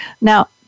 Now